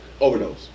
Overdose